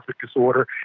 disorder